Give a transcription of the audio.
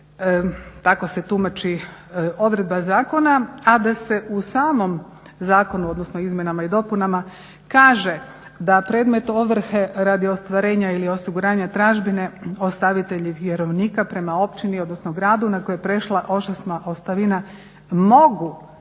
tako se tumači odredba zakona a da se u samom zakonu, odnosno izmjenama i dopunama kaže da predmet ovrhe radi ostvarenja ili osiguranja tražbine ostavitelji vjerovnika prema općini, odnosno gradu na koji je prešla ošasna ostavina mogu